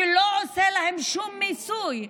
שלא עושה להם שום מיסוי,